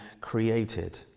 created